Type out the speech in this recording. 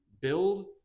build